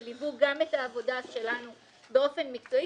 שליוו גם את העבודה שלנו באופן מקצועי,